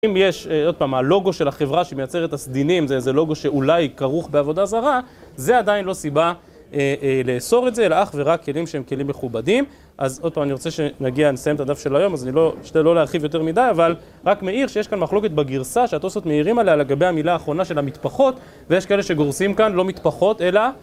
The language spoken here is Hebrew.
אם יש, עוד פעם, הלוגו של החברה שמייצרת את הסדינים, זה איזה לוגו שאולי כרוך בעבודה זרה - זה עדיין לא סיבה לאסור את זה, אלא אך ורק כלים שהם כלים מכובדים. אז עוד פעם, אני רוצה שנגיע, אני אסיים את הדף של היום, אז אני לא, אשתדל לא להרחיב יותר מדי, אבל רק מעיר שיש כאן מחלוקת בגרסה, שהתוספות מעירים עליה לגבי המילה האחרונה של המטפחות, ויש כאלה שגורסים כאן, לא מטפחות אלא